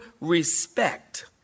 respect